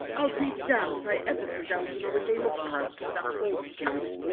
i'll be damned if i ever sit down to another game of cards with that old cat!